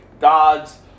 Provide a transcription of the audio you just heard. God's